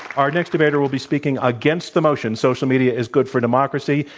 our next debater will be speaking against the motion, social media is good for democracy.